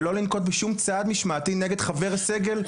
ולא לנקוט בשום צעד משמעתי נגד חבר סגל,